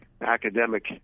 academic